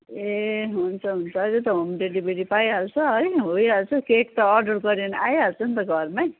ए हुन्छ हुन्छ अहिले त होम डेलिभरी पाइहाल्छ है भइइहाल्छ केक त अर्डर गऱ्यो भने आइहाल्छ नि त घरमै